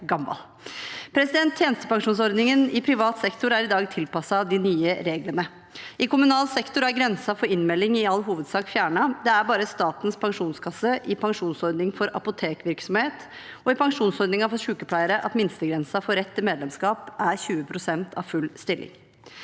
gammel. Tjenestepensjonsordningen i privat sektor er i dag tilpasset de nye reglene. I kommunal sektor er grensen for innmelding i all hovedsak fjernet. Det er bare i Statens pensjonskasse, i pensjonsordningen for apotekvirksomhet og i pensjonsordningen for sykepleiere at minstegrensen for rett til medlemskap er 20 pst. av full stilling.